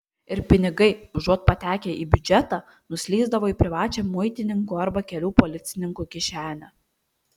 ir pinigai užuot patekę į biudžetą nuslysdavo į privačią muitininkų arba kelių policininkų kišenę